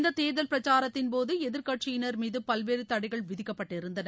இந்த தேர்தல் பிரச்சாரத்தின்போது எதிர்க்கட்சியினர் மீது பல்வேறு தடைகள் விதிக்கப்பட்டிருந்தள